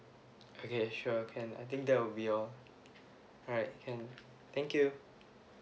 okay sure can I think that will be all alright can thank you